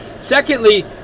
Secondly